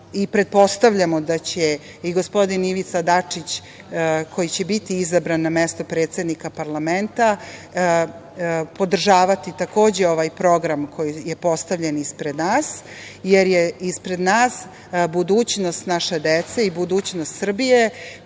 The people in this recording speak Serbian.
i pretpostavljamo da će i gospodin Ivica Dačić, koji će biti izabran na mesto predsednika parlamenta, podržavati takođe ovaj program koji je postavljen ispred nas, jer je ispred nas budućnost naše dece i budućnost Srbije